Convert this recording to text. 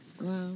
Wow